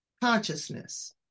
consciousness